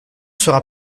sera